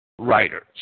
writers